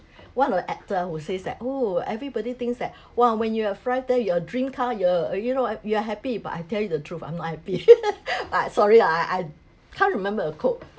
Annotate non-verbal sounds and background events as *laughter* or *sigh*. one of the actor who says that oh everybody thinks that !wow! when you have arrived there you have your dream car you're uh you know you're happy but I tell you the truth I'm not happy *laughs* ah sorry ah I I can't remember a quote